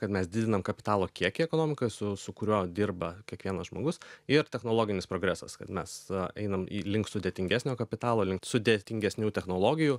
kad mes didinam kapitalo kiekį ekonomikoj su su kuriuo dirba kiekvienas žmogus ir technologinis progresas kad mes einam į link sudėtingesnio kapitalo link sudėtingesnių technologijų